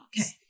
Okay